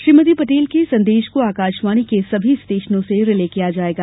श्रीमती पटेल के संदेश को आकाशवाणी के सभी स्टेशनों से रिले किया जायेगा